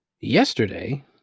Yesterday